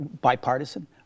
bipartisan